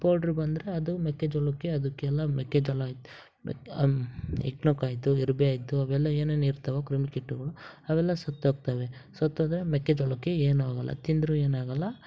powder ಬಂದರೆ ಅದು ಮೆಕ್ಕೆಜೋಳಕ್ಕೆ ಅದಕ್ಕೆಲ್ಲ ಮೆಕ್ಕೆಜೋಳ ಮೆಕ್ಕೆ ಹೆಗ್ಣುಕ್ಕಾಯ್ತು ಇರ್ವೆ ಆಯಿತು ಅವೆಲ್ಲ ಏನೇನು ಇರ್ತಾವೋ ಕ್ರಿಮಿ ಕೀಟಗಳು ಅವೆಲ್ಲ ಸತ್ತು ಹೋಗ್ತವೆ ಸತ್ತು ಹೋದ್ರೆ ಮೆಕ್ಕೆಜೋಳಕ್ಕೆ ಏನೂ ಆಗೋಲ್ಲ ತಿಂದ್ರೂ ಏನೂ ಆಗೋಲ್ಲ